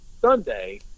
Sunday